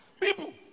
people